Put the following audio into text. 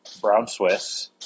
Brown-Swiss